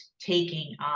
taking